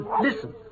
Listen